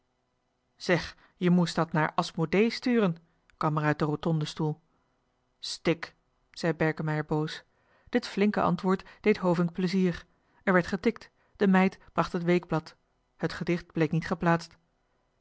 zeg je moest dat naar asmodee sturen kwam er uit den rotondestoel johan de meester de zonde in het deftige dorp stik zei berkemeier boos dit flinke antwoord deed hovink plezier er werd getikt de meid bracht het weekblad het gedicht bleek niet geplaatst